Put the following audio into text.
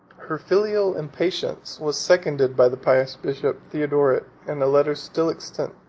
her filial impatience was seconded by the pious bishop theodoret, in a letter still extant,